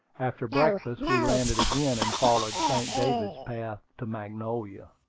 after breakfast we landed again, and followed st. david's path to magnolia.